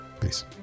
Peace